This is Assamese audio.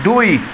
দুই